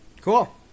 Cool